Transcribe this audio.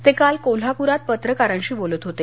ते काल कोल्हापुरात पत्रकारांशी बोलत होते